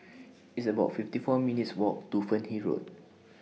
It's about fifty four minutes' Walk to Fernhill Road